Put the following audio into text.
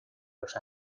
los